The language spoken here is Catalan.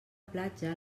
platja